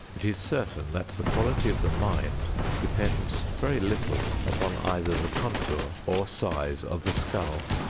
it is certain that the quality of the mind depends very little upon either the contour or size of the skull.